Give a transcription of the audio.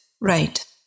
Right